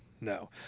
no